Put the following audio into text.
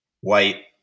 White